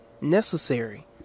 necessary